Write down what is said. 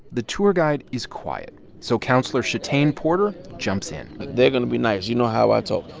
the tour guide is quiet, so counselor shatane porter jumps in they're going to be nice. you know how i talk.